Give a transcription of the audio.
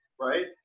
Right